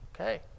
okay